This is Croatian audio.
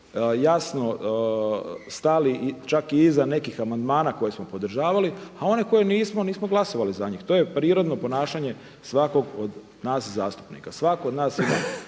jasno stali čak i iza nekih amandmana koje smo podržavali, a one koje nismo, nismo glasovali za njih. To je prirodno ponašanje svakog od nas zastupnika.